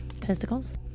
Testicles